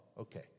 okay